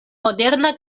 moderna